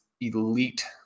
elite